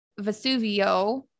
Vesuvio